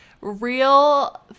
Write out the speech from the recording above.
real